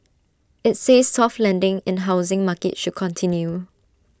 IT says soft landing in housing market should continue